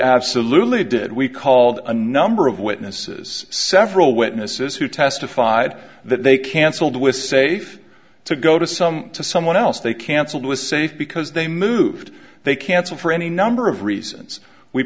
absolutely did we called a number of witnesses several witnesses who testified that they cancelled was safe to go to some to someone else they canceled was safe because they moved they canceled for any number of reasons we